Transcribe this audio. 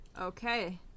Okay